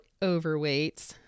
overweights